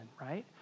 right